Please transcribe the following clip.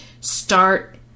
start